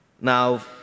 Now